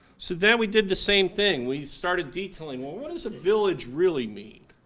so then we did the same thing, we started detailing well, what does a village really mean?